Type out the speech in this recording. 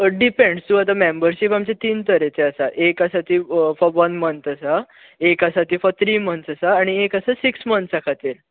depends तूं आतां membership आमची तीन तरेचे आसा एक आसा ती फोर वन मंथ आसा एक आसा ती फोर त्री मंथ्स आसा आनी एक सिक्स मंथ्स खातीर आसा